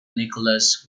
nicolas